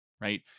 right